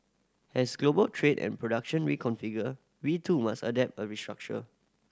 as global trade and production reconfigure we too must adapt and restructure